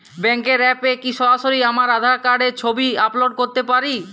ব্যাংকের অ্যাপ এ কি সরাসরি আমার আঁধার কার্ড র ছবি আপলোড করতে পারি?